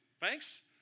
Thanks